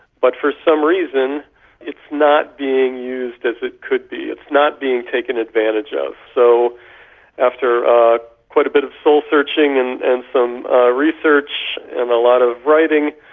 but for some reason it's not being used as it could be, it's not being taken advantage of. so after quite a bit of soul-searching and and some research and a lot of writing,